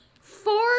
four